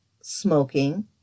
smoking